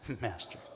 master